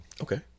Okay